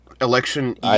Election